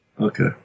Okay